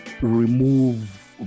remove